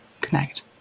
connect